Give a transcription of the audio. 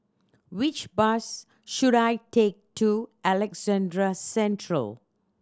which bus should I take to Alexandra Central